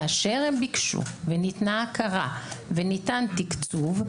כאשר הם ביקשו וניתנה הכרה וניתן תקצוב,